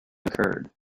occurred